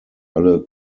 alle